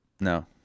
No